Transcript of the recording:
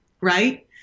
right